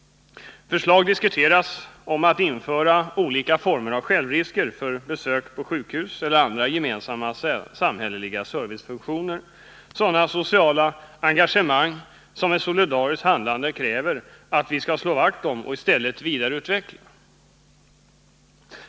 Förslag diskuteras om att införa olika former av ”självrisker” för besök på sjukhus eller vid andra gemensamma samhälleliga servicefunktioner, sådana sociala engagemang som ett solidariskt handlande kräver att vi skall slå vakt om och i stället vidareutveckla.